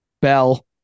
Bell